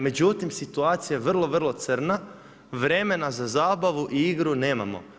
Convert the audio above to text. Međutim, situacija je vrlo crna, vremena za zabavu i igru nemamo.